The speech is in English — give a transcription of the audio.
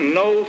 no